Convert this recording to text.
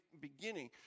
beginning